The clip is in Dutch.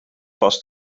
vast